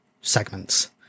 segments